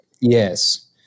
Yes